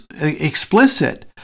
explicit